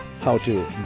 how-to